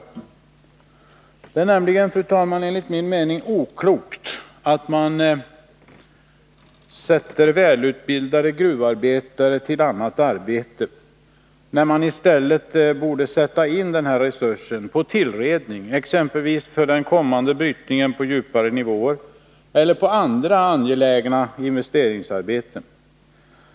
69 Det är nämligen, fru talman, enligt min mening oklokt att sätta välutbildade gruvarbetare på annat arbete, då man i stället borde sätta in den resursen på tillredning, exempelvis för den kommande brytningen på djupare nivåer eller på andra angelägna investeringsarbeten.